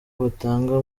batanga